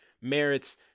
merits